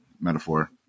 metaphor